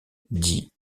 dit